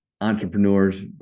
entrepreneurs